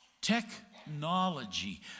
Technology